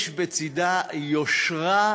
יש בצדה יושרה בלבד.